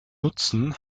nutzen